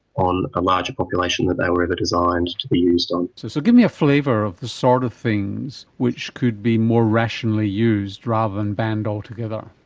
on a larger population that they were ever designed to be used on. so so give me a flavour of the sort of things which could be more rationally used rather than banned altogether.